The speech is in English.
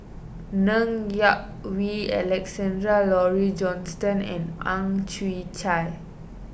Ng Yak Whee Alexander Laurie Johnston and Ang Chwee Chai